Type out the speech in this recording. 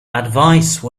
advice